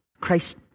Christ